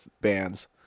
bands